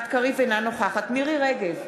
אינה נוכחת מירי רגב,